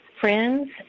friends